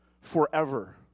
Forever